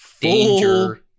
Danger